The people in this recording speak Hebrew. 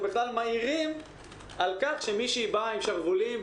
בכלל מעירים על כך שמישהי באה בלי שרוולים,